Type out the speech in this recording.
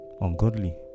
ungodly